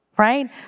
Right